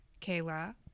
Kayla